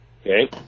Okay